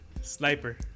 Sniper